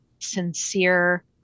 sincere